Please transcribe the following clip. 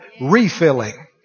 refilling